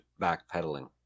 backpedaling